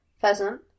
Pheasant